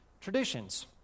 traditions